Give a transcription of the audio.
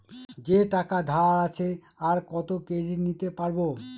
যে টাকা ধার আছে, আর কত ক্রেডিট নিতে পারবো?